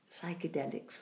psychedelics